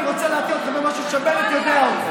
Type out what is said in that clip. אני רוצה לעדכן אותך במשהו שבנט יודע אותו,